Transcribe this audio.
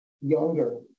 younger